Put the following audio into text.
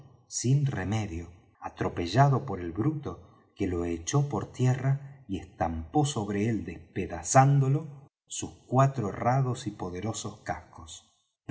sin remedio atropellado por el bruto que lo echó por tierra y estampó sobre él despedazándolo sus cuatro herrados y poderosos cascos